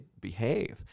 behave